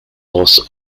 loss